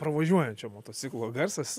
pravažiuojančio motociklo garsas